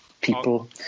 people